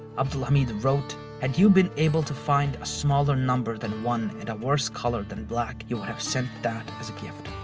abd al-hamid wrote, had you been able to find a smaller number than one and a worse color than black, you would have sent that as a gift.